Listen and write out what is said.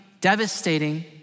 devastating